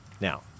Now